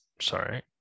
Sorry